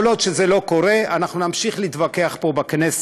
כל עוד זה לא קורה, אנחנו נמשיך להתווכח פה בכנסת